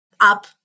up